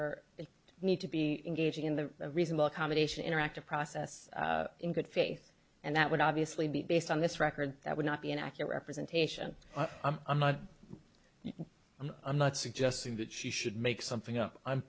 in need to be engaging in the reasonable accommodation interactive process in good faith and that would obviously be based on this record that would not be an accurate representation i'm not i'm not suggesting that she should make something up i'm